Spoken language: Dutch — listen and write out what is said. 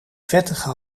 vettige